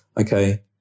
Okay